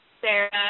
Sarah